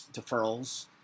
deferrals